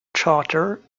charter